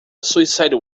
suicide